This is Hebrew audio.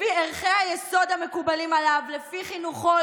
לפי ערכי היסוד המקובלים עליו, לפי חינוכו.